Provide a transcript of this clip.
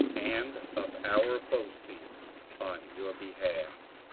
and of our boasting on your behalf.